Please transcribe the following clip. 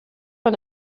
von